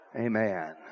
Amen